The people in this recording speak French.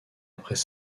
après